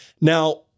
Now